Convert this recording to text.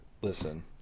listen